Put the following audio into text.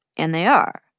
and they are.